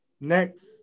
Next